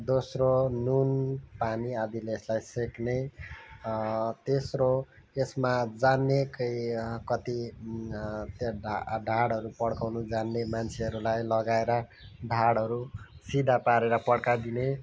दोस्रो नुन पानी आदिले यसलाई सेक्ने तेस्रो यसमा जान्ने कै कति त्या ढाड ढाडहरू पढ्काउने जान्ने मान्छेहरूलाई लगाएर ढाडहरू सिधा पारेर पढ्काइदिने